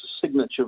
signature